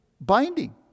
binding